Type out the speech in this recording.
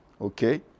okay